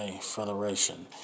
Federation